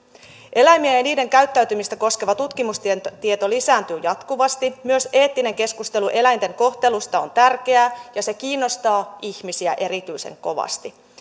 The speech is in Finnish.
eläimiä ja niiden käyttäytymistä koskeva tutkimustieto lisääntyy jatkuvasti myös eettinen keskustelu eläinten kohtelusta on tärkeää ja se kiinnostaa ihmisiä erityisen kovasti